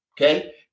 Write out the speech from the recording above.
Okay